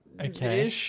Okay